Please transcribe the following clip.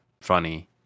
funny